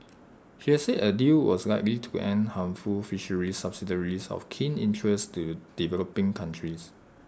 she has said A deal was likely to end harmful fisheries subsidies of keen interest to developing countries